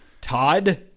Todd